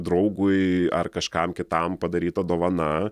draugui ar kažkam kitam padaryta dovana